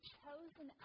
chosen